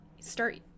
start